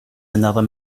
another